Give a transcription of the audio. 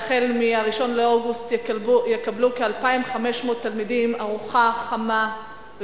והחל מ-1 באוגוסט יקבלו כ-2,500 תלמידים ארוחה חמה,